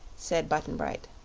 said button-bright.